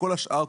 כל השאר,